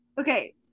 Okay